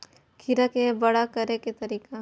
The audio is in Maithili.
खीरा के बड़ा करे के तरीका?